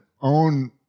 own